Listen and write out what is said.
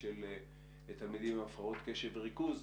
של תלמידים עם הפרעות קשב וריכוז,